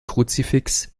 kruzifix